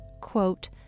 quote